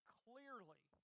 clearly